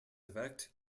effect